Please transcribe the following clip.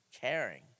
caring